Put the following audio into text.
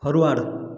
forward